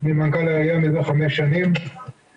יהיה ויכוח אם זה בלי אשמה או בלי ראיות.